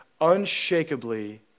Unshakably